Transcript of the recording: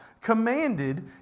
commanded